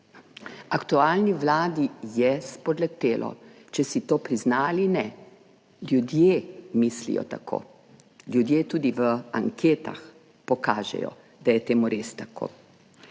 Aktualni vladi je spodletelo, če si to prizna ali ne, ljudje mislijo tako, ljudje tudi v anketah pokažejo, da je temu res tako.